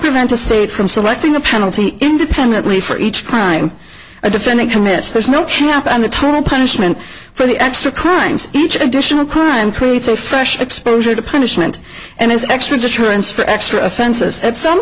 prevent a state from selecting a penalty independently for each crime a defendant commits there's no cap on the total punishment for the extra crimes each additional crime crewed so fresh exposure to punishment and is extra deterrence for extra offenses at some